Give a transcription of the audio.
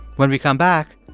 when we come back,